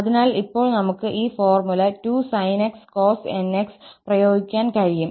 അതിനാൽ ഇപ്പോൾ നമുക്ക് ഈ ഫോർമുല 2sin𝑥cos𝑛𝑥 പ്രയോഗിക്കാൻ കഴിയും